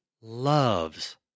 loves